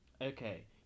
Okay